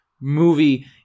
Movie